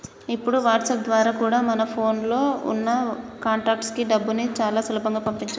ఇప్పుడు వాట్సాప్ ద్వారా కూడా మన ఫోన్ లో ఉన్న కాంటాక్ట్స్ కి డబ్బుని చాలా సులభంగా పంపించొచ్చు